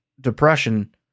Depression